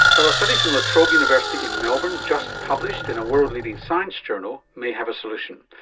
well, a study from la trobe university in melbourne, just published in a world leading science journal, may have a solution.